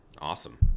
awesome